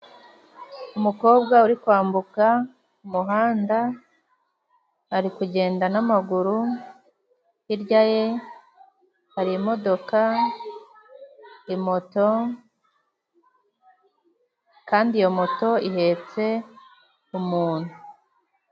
Umukobwa uri kwambuka umuhanda, ari kugenda n'amaguru, hirya ye hari imodoka, imoto, kandi iyo moto ihetse umuntu.